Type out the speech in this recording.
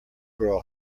girl